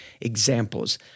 examples